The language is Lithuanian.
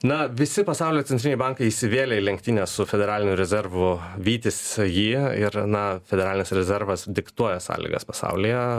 na visi pasaulio centriniai bankai įsivėlė į lenktynes su federaliniu rezervu vytis jį ir na federalinis rezervas diktuoja sąlygas pasaulyje